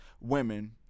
Women